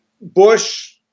Bush